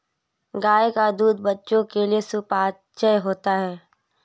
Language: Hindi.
गाय का दूध बच्चों के लिए सुपाच्य होता है